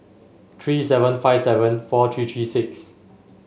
three seven five seven four three three six